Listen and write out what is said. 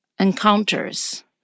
Encounters